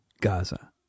Gaza